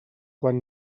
quan